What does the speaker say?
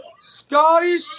Scottish